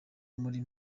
muri